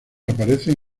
aparecen